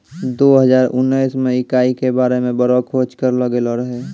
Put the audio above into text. दो हजार उनैस मे इकाई के बारे मे बड़ो खोज करलो गेलो रहै